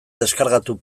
deskargatu